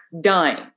dying